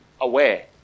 aware